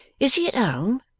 is he at home